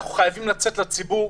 אנחנו חייבים לצאת לציבור,